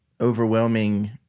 overwhelming –